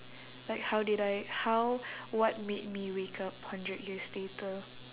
like how did I how what made me wake up hundred years later